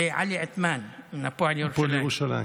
ועלי עות'מאן, הפועל ירושלים.